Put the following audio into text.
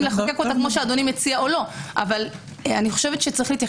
אם לחוקק אותה כפי שאדוני מציע או לא אבל צריך להתייחס